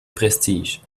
prestige